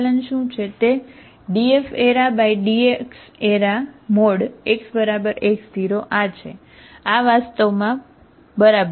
તે dFdx|x x0આ છે આ વાસ્તવમાં બરાબર